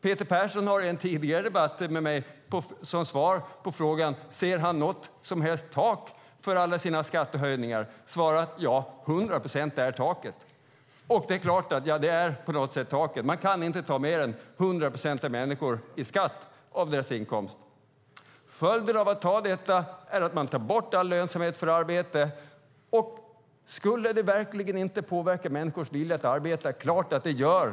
Peter Persson har i en tidigare debatt med mig som svar på frågan om han ser något som helst tak för alla sina skattehöjningar sagt: Ja, 100 procent är taket. Det är klart att det på något sätt är taket. Man kan inte ta mer än 100 procent av människors inkomst i skatt. Följden av att ta detta är att man tar bort all lönsamhet för arbete. Skulle det verkligen inte påverka människors vilja att arbeta? Det är klart att det gör!